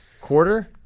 Quarter